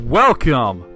welcome